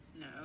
No